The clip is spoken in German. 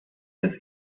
des